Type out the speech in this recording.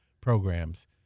programs